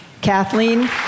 Kathleen